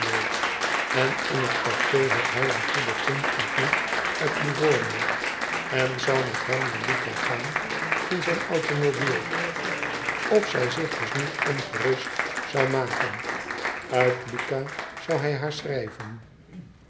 en in het cafe had hij een goeden vriend ontmoet uit livorno en zoii met hem naar lucca gaan in zijn automobiel of zij zich dus niet ongerust zou maken uit lucca zou hij haar schrijven